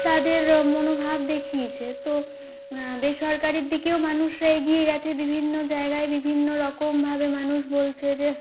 তাদের মনোভাব দেখিয়েছে তো বেসরকারি দিকেও মানুষরা এগিয়ে গেছে বিভিন্ন জায়গায় বিভিন্ন রকমভাবে মানুষ বলছে যে